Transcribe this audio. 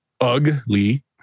ugly